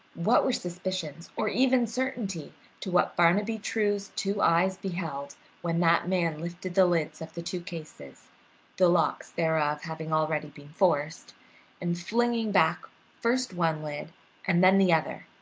what were suspicions or even certainty to what barnaby true's two eyes beheld when that man lifted the lids of the two cases the locks thereof having already been forced and, flinging back first one lid and then the other,